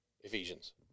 Ephesians